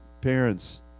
parents